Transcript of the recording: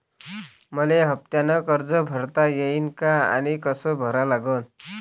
मले हफ्त्यानं कर्ज भरता येईन का आनी कस भरा लागन?